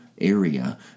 Area